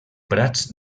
prats